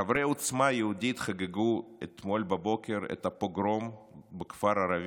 חברי עוצמה יהודית חגגו אתמול בבוקר את הפוגרום שהתרחש